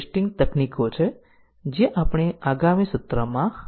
આપણે આ તબક્કે આ સત્ર બંધ કરીશું અને આગામી સત્રમાં ચાલુ રાખીશું